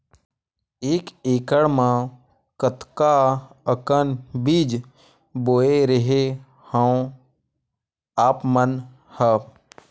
एक एकड़ म कतका अकन बीज बोए रेहे हँव आप मन ह?